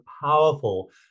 powerful